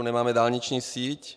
Nemáme dálniční síť.